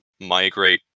migrate